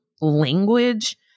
language